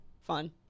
fun